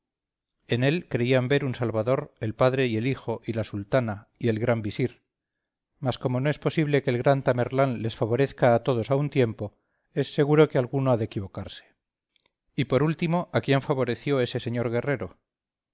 en él creían ver un salvador el padre y el hijo y la sultana y el gran visir mas como no es posible que el gran tamerlán les favorezca a todos a un tiempo es seguro que alguno ha de equivocarse y por último a quién favoreció ese señor guerrero